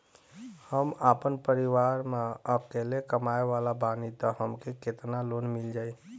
हम आपन परिवार म अकेले कमाए वाला बानीं त हमके केतना लोन मिल जाई?